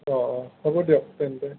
অঁ হ'ব দিয়ক তেন্তে